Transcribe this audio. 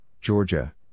Georgia